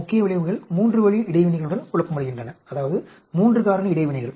முக்கிய விளைவுகள் மூன்று வழி இடைவினைகளுடன் குழப்பமடைகின்றன அதாவது 3 காரணி இடைவினைகள்